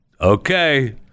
Okay